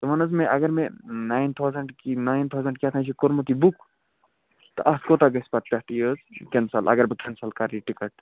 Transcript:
ژٕ وَن حظ مےٚ اگر مےٚ نایِن تھاوزَنٛٹہٕ کہِ نایِن تھاوزَنٛٹہٕ کیٛاہتام چھُ کوٚرمُت یہِ بُک تہٕ اَتھ کوتاہ گژھِ پَتہٕ پٮ۪ٹھٕ یہِ حظ کیٚنسَل اگر بہٕ کیٚنسَل کَرٕ یہِ ٹِکَٹ